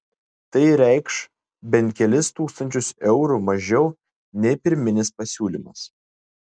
tai reikš bent kelis tūkstančius eurų mažiau nei pirminis pasiūlymas